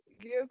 give